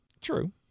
True